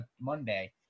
Monday